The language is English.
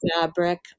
fabric